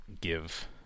give